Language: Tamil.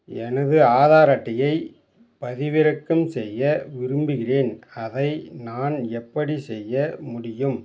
எனது ஆதார் அட்டையை பதிவிறக்கம் செய்ய விரும்புகிறேன் அதை நான் எப்படி செய்ய முடியும்